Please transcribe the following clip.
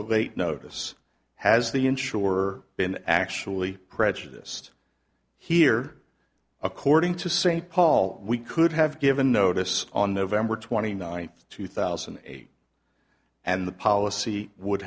late notice has the insurer been actually prejudiced here according to st paul we could have given notice on november twenty ninth two thousand and eight and the policy would